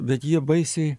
bet jie baisiai